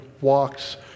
walks